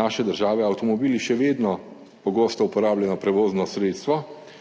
naše države avtomobili še vedno pogosto uporabljeno prevozno sredstvo,